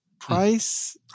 price